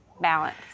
balance